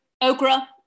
Okra